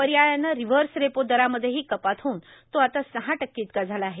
पर्यायानं reverse repo दरामध्येही कपात होऊन तो आता सहा टक्के इतका झाला आहे